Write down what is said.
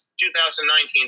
2019